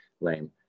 lame